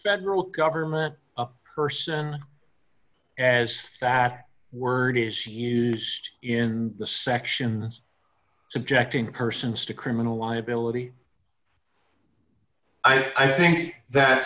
federal government person as fact word is used in the section objecting persons to criminal liability i think that